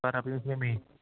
سر ابھی اس میں میں